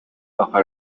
آخر